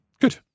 Good